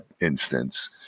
instance